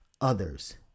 others